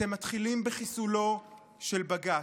אתם מתחילים בחיסולו של בג"ץ.